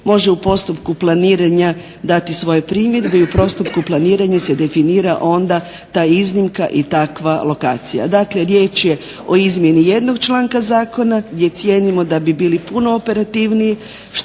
može u postupku planiranja dati svoje primjedbe i u postupku planiranja se definira onda ta iznimka i takva lokacija. Dakle riječ je o izmjeni jednog članka zakona gdje cijenimo da bi bili puno operativniji